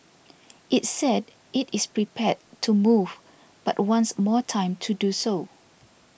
it said it is prepared to move but wants more time to do so